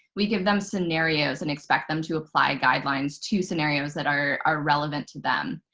we give them scenarios and expect them to apply guidelines to scenarios that are relevant to them.